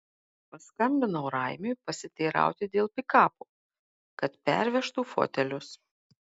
paskambinau raimiui pasiteirauti dėl pikapo kad pervežtų fotelius